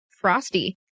frosty